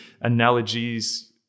analogies